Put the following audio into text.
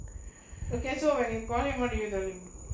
okay so when you call him what do you tell him